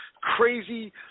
crazy